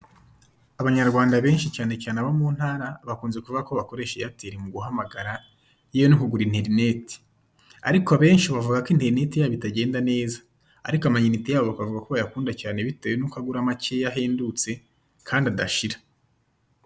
Abanyarwanda benshi, cyane cyane bo mu ntara bakunze kuvuga ko bakoresha airtel muguhamagara yewe no kugura interineti. Ariko abenshi bavuga ko interineti yabo itagenda neza, ariko amayinite yayo bakavuga ko bayakunda cyane bitewe nuko agura makeya ahendutse kandi adashira.